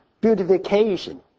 beautification